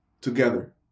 together